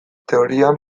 teorian